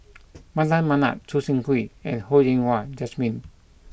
Mardan Mamat Choo Seng Quee and Ho Yen Wah Jesmine